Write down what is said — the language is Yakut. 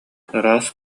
ыраас